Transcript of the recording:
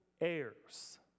heirs